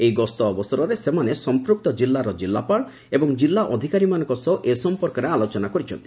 ଏହି ଗସ୍ତ ଅବସରରେ ସେମାନେ ସମ୍ମୁକ୍ତ ଜିଲ୍ଲାର ଜିଲ୍ଲାପାଳ ଏବଂ ଜିଲ୍ଲ ଅଧିକାରୀମାନଙ୍କ ସହ ଏ ସମ୍ପର୍କରେ ଆଲୋଚନା କରିଛନ୍ତି